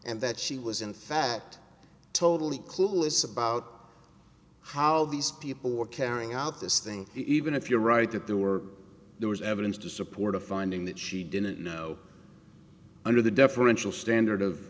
and that she was in fact totally clueless about how these people were carrying out this thing even if you're right that there were there was evidence to support a finding that she didn't know under the deferential standard of